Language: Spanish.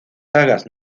sagas